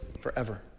forever